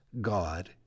God